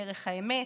דרך האמת,